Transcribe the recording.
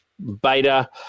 Beta